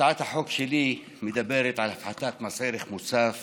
הצעת החוק שלי מדברת על הפחתת מס ערך מוסף